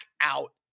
out